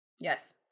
Yes